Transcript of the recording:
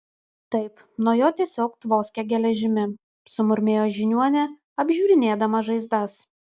taip nuo jo tiesiog tvoskia geležimi sumurmėjo žiniuonė apžiūrinėdama žaizdas